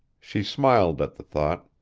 she smiled at the thought,